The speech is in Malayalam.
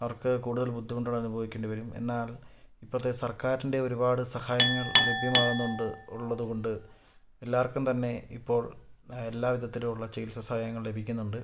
അവർക്ക് കൂടുതൽ ബുദ്ധിമുട്ടുകൾ അനുഭവിക്കേണ്ടി വരും എന്നാൽ ഇപ്പത്തെ സർക്കാറിൻ്റെ ഒരുപാട് സഹായങ്ങൾ ലഭ്യമാവുന്നുണ്ട് ഉള്ളത് കൊണ്ട് എല്ലാവർക്കും തന്നെ ഇപ്പോൾ ആ എല്ലാ വിധത്തിലും ഉള്ള ചികിത്സ സഹായങ്ങൾ ലഭിക്കുന്നുണ്ട്